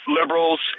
liberals